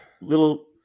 little